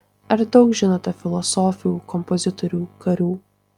ar daug žinote filosofių kompozitorių karių